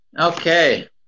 Okay